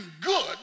good